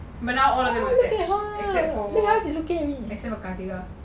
but now all of them except for